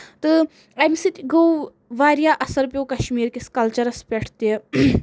تہٕ اَمہِ سۭتۍ گوو واریاہ اَثر پیوو کٔشمیٖر کِس کَلچرَس پٮ۪ٹھ تہِ